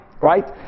right